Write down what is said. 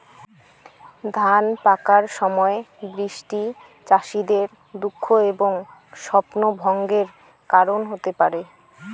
ধান পাকার সময় বৃষ্টি চাষীদের দুঃখ এবং স্বপ্নভঙ্গের কারণ হতে পারে